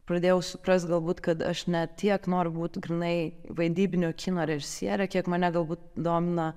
pradėjau suprast galbūt kad aš ne tiek noriu būt grynai vaidybinio kino režisierė kiek mane galbūt domina